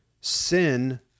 sin